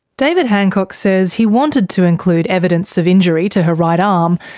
david hancock says he wanted to include evidence of injury to her right um